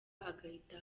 agahita